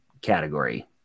category